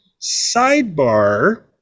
sidebar